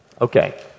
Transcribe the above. Okay